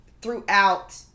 throughout